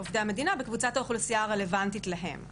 עובדי המדינה בקבוצת האוכלוסייה הרלוונטית להם.